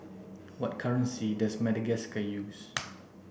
what currency does Madagascar use